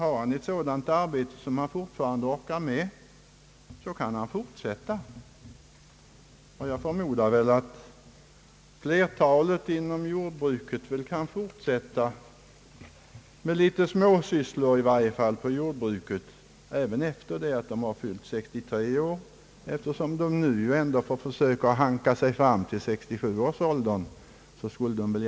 Har man ett sådant arbete som man fortfarande orkar med går det bra att fortsätta med detta. Jag förmodar att flertalet av de personer som är sysselsatta inom jordbruket kan vilja fortsätta med olika småsysslor på detta område även efter 63 års ålder, eftersom de nu i alla fall får försöka hänga med till 67 års ålder.